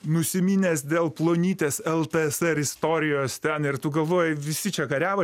nusiminęs dėl plonytės ltsr istorijos ten ir tu galvoji visi čia kariavo